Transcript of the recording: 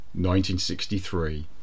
1963